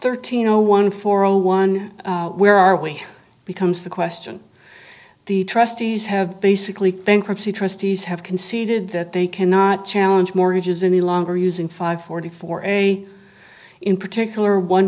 thirteen zero one four zero one where are we becomes the question the trustees have basically bankruptcy trustees have conceded that they cannot challenge mortgages any longer using five forty four a in particular one